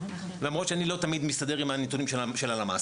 למרות שאני לא תמיד מסתדר עם הנתונים של הלמ"ס,